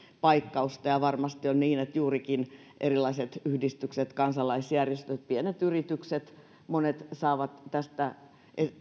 paikkausta ja varmasti on niin että juurikin erilaiset yhdistykset kansalaisjärjestöt pienet yritykset monet saavat tästä